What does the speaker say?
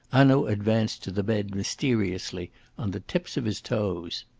hanaud advanced to the bed mysteriously on the tips of his toes.